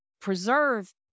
preserve